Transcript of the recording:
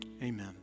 amen